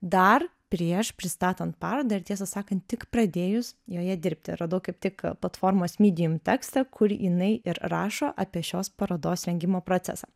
dar prieš pristatant parodą ir tiesą sakant tik pradėjus joje dirbti radau kaip tik platformos midijum tekstą kur jinai ir rašo apie šios parodos rengimo procesą